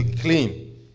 Clean